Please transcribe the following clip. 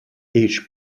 each